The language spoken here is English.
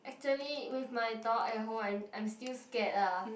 actually with my dog at home I'm I'm still scared lah